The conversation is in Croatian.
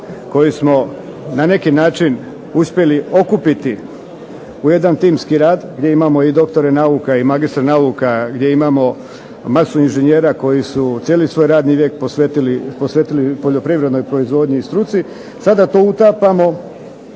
koju smo na neki način uspjeli okupiti u jedan timski rad gdje imamo i doktore nauka i magistre nauka, gdje imamo masu inženjera koji su cijeli svoj radni vijek posvetili poljoprivrednoj proizvodnji i struci sada to utapamo